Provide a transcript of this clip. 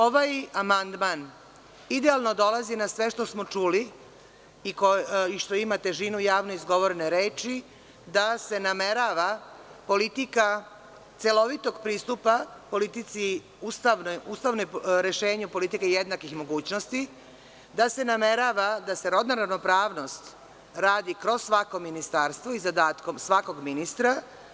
Ovaj amandman idealno dolazi na sve što smo čuli i što ima težinu javnog izgovorene reči da se namerava politika celovitog pristupa, ustavnom rešenju politike jednakih mogućnosti, da se namerava da se rodna ravnopravnost radi kroz svako ministarstvo i zadatkom svakog ministra.